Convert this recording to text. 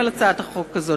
חתומים על הצעת החוק הזאת,